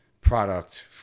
product